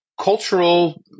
cultural